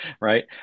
right